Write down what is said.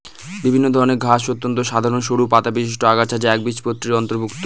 বিভিন্ন ধরনের ঘাস অত্যন্ত সাধারন সরু পাতাবিশিষ্ট আগাছা যা একবীজপত্রীর অন্তর্ভুক্ত